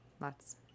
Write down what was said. Lots